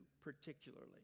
particularly